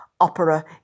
opera